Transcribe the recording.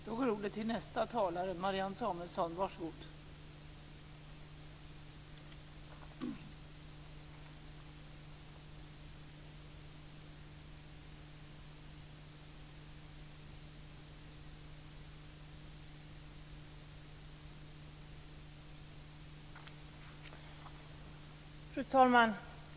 Fru talman!